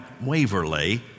Waverly